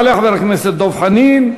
יעלה חבר הכנסת דב חנין,